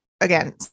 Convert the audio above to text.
again